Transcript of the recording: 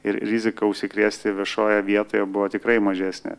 ir rizika užsikrėsti viešoje vietoje buvo tikrai mažesnė